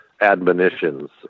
admonitions